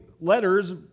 letters